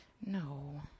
No